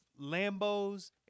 Lambos